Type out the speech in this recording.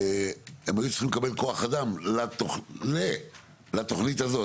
שהם היו צריכים לקבל כוח אדם לתוכנית הזאת